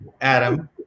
Adam